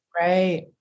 right